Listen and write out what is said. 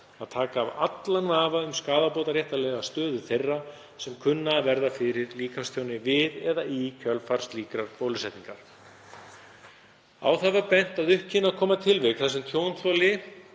að taka af allan vafa um skaðabótaréttarlega stöðu þeirra sem kunna að verða fyrir líkamstjóni við eða í kjölfar slíkrar bólusetningar. Á það var bent að upp kynnu að koma tilvik þar sem tjónþoli